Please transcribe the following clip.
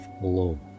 alone